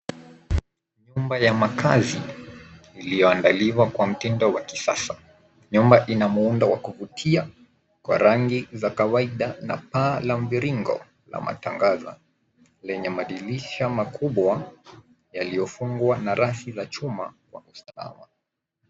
Jumba ya makazi iliyoandaliwa kwa mtindo wa kisasa. Nyumba ina muundo wa kuvutia kwa rangi za kawaida na paa la mviringo la matangaza lenye madirisha makubwa yaliyofungwa na rasi za chuma kwa usawa.